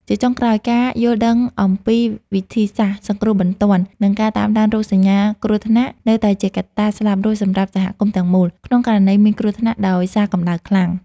ជាចុងក្រោយ ការយល់ដឹងអំពីវិធីសាស្ត្រសង្គ្រោះបន្ទាន់ និងការតាមដានរោគសញ្ញាគ្រោះថ្នាក់ នៅតែជាកត្តាស្លាប់រស់សម្រាប់សហគមន៍ទាំងមូល ក្នុងករណីមានគ្រោះថ្នាក់ដោយសារកម្ដៅខ្លាំង។